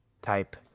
Type